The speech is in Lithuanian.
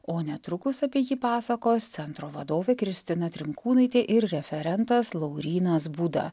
o netrukus apie jį pasakos centro vadovė kristina trinkūnaitė ir referentas laurynas būda